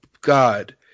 God